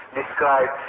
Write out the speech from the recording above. describe